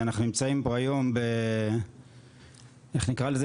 ואנחנו נמצאים פה היום ב- איך נקרא לזה?